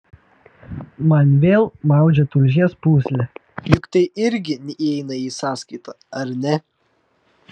man vėl maudžia tulžies pūslę juk tai irgi įeina į sąskaitą ar ne